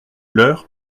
leur